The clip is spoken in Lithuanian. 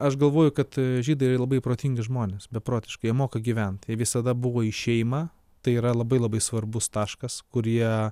aš galvoju kad žydai yra labai protingi žmonės beprotiškai jie moka gyvent jie visada buvo į šeimą tai yra labai labai svarbus taškas kur jie